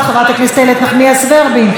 חברת הכנסת איילת נחמיאס ורבין,